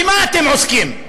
במה אתם עוסקים,